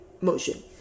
motion